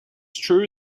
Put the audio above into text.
true